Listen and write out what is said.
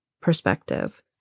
perspective